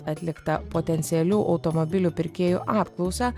atliktą potencialių automobilių pirkėjų apklausą